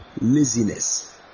laziness